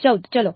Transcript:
14 ચલો